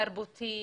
תרבותי,